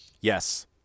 Yes